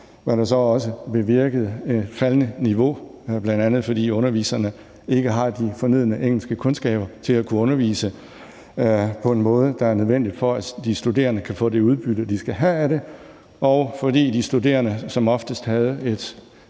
hvad der så også har bevirket et faldende niveau, bl.a. fordi underviserne ikke har de fornødne engelskkundskaber til at kunne undervise på en måde, der er nødvendig for, at de studerende kan få det udbytte, de skal have af det, og fordi de studerende oftest havde et